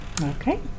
Okay